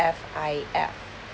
I-F